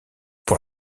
pour